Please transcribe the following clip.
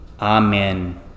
Amen